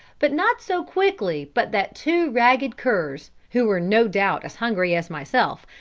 but not so quickly but that two ragged curs, who were no doubt as hungry as myself,